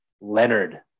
Leonard